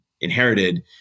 inherited